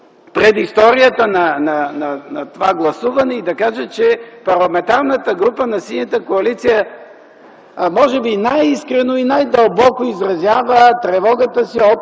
предисторията на това гласуване и да кажа, че Парламентарната група на Синята коалиция може би най-искрено и най-дълбоко изразява тревогата си